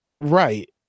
Right